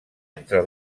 entre